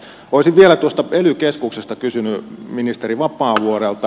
olisin vielä ely keskuksesta kysynyt ministeri vapaavuorelta